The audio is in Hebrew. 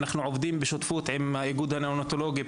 אנחנו עובדים בשותפות עם איגוד הניאונטולוגים,